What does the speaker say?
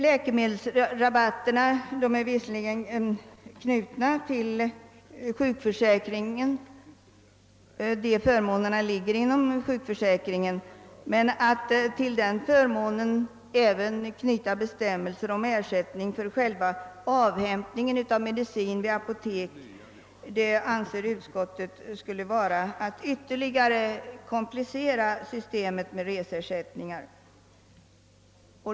Läkemedelsrabatterna ligger visserligen inom sjukförsäkringen, men att till denna förmån knyta även bestämmelser om ersättning för själva avhämt ningen av medicin vid apotek anser utskottet skulle vara att ytterligare komplicera systemet med reseersättning.